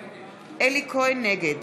אלי כהן, נגד